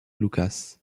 lucas